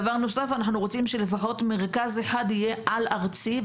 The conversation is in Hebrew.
דבר נוסף: אנחנו רוצים שלפחות מרכז אחד יהיה על-ארצי,